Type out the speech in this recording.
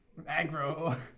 Aggro